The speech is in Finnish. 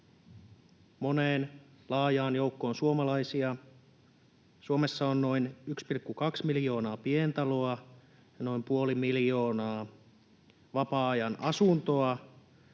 laajaan joukkoon suomalaisia. Suomessa on noin 1,2 miljoonaa pientaloa ja noin puoli miljoonaa vapaa-ajan asuntoa,